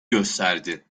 gösterdi